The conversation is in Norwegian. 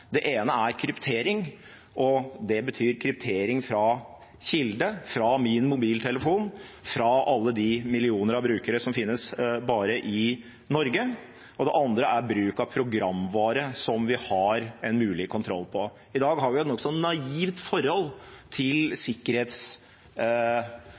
Det ene er kryptering. Det betyr kryptering fra kilde, fra min mobiltelefon, fra alle de millioner av brukere som finnes bare i Norge. Det andre er bruk av programvare som vi har en mulig kontroll over. I dag har vi et nokså naivt forhold til